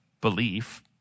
belief